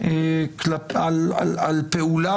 על פעולה